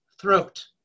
throat